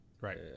Right